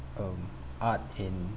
um art in